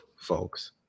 folks